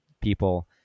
people